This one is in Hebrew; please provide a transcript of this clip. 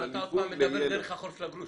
שמעון, אתה עוד פעם מדבר דרך החור של הגרוש.